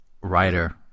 writer